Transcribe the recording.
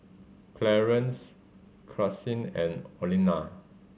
Clarence Karsyn and Olena